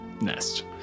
nest